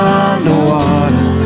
underwater